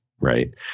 right